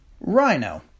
Rhino